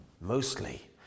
mostly